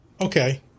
Okay